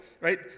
right